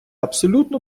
абсолютно